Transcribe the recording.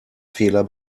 fehler